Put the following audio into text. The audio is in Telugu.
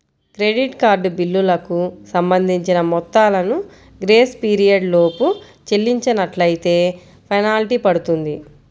క్రెడిట్ కార్డు బిల్లులకు సంబంధించిన మొత్తాలను గ్రేస్ పీరియడ్ లోపు చెల్లించనట్లైతే ఫెనాల్టీ పడుతుంది